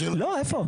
איפה?